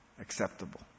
Acceptable